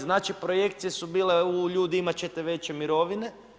Znači projekcije su bile ljudi imat ćete veće mirovine.